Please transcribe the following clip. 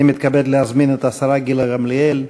אני מתכבד להזמין את השרה גילה גמליאל,